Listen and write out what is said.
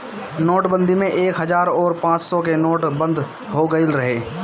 नोटबंदी में एक हजार अउरी पांच सौ के नोट बंद हो गईल रहे